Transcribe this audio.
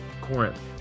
Corinth